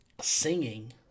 singing